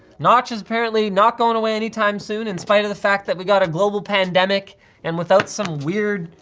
notch is apparently not going away anytime soon in spite of the fact that we got a global pandemic and without some weird,